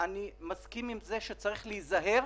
אני מסכים שצריך להיזהר,